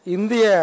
India